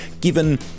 given